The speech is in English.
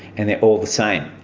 and they're all the same.